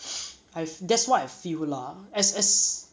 I that's what I feel lah as as